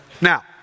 Now